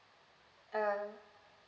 uh